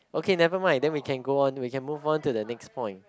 okay never mind then we can go on we can move on to the next point